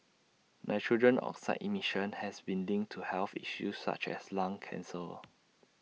nitrogen oxide emission has been linked to health issues such as lung cancer